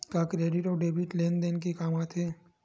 का क्रेडिट अउ डेबिट लेन देन के काम आथे?